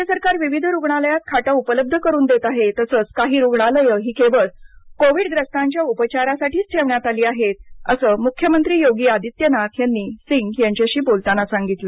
राज्य सरकार विविध रुग्णालयात खाटा उपलब्ध करून देत आहे तसेच काही रुग्णालये ही केवळ कोविड ग्रस्तांच्या उपचारासाठीच ठेवण्यात आली आहेत असं मुख्यमंत्री योगी आदित्यनाथ यांनी सिंग यांच्याशी बोलताना सांगितलं